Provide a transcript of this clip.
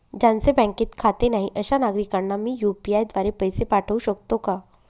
ज्यांचे बँकेत खाते नाही अशा नागरीकांना मी यू.पी.आय द्वारे पैसे पाठवू शकतो का?